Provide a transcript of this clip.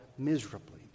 miserably